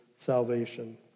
salvation